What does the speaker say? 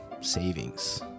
Savings